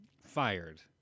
fired